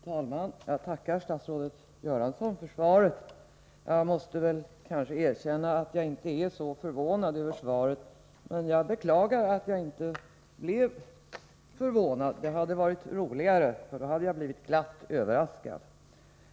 Herr talman! Jag tackar statsrådet Göransson: för svaret. Jag måste erkänna att jag inte är så förvånad över svaret. Men jag beklagar att jag inte blev förvånad, för det hade varit roligare att bli glatt överraskad.